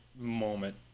moment